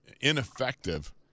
ineffective